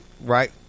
Right